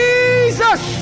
Jesus